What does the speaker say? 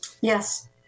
Yes